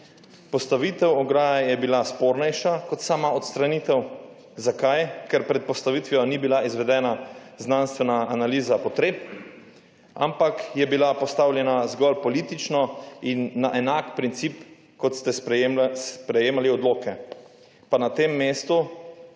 Postavitev ograje je bila spornejša kot sama odstranitev. Zakaj? Ker pred postavitvijo ni bila izvedena znanstvena analiza potreb, ampak je bila postavljena zgolj politično in na enak princi, kot ste sprejemali odloke. Pa na tem mestu